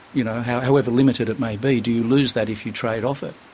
you know, however limited it may be, do you lose that if you trade off it?